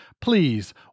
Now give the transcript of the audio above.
please